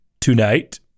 tonight